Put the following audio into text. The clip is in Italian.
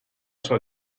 sua